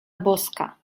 boska